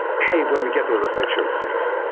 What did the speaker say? hey, when we get there, let's make sure it's safe.